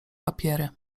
papiery